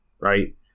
right